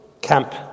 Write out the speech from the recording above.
camp